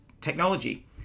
technology